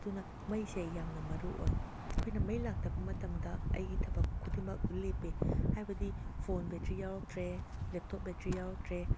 ꯑꯗꯨꯅ ꯃꯩꯁꯦ ꯌꯥꯝꯅ ꯃꯔꯨ ꯑꯣꯏ ꯑꯩꯈꯣꯏꯅ ꯃꯩ ꯂꯥꯛꯇꯕ ꯃꯇꯝꯗ ꯑꯩꯒꯤ ꯊꯕꯛ ꯈꯨꯗꯤꯡꯃꯛ ꯂꯦꯞꯄꯤ ꯍꯥꯏꯕꯗꯤ ꯐꯣꯟ ꯕꯦꯇ꯭ꯔꯤ ꯌꯥꯎꯔꯛꯇ꯭ꯔꯦ ꯂꯦꯞꯇꯣꯞ ꯕꯦꯇ꯭ꯔꯤ ꯌꯥꯎꯔꯛꯇ꯭ꯔꯦ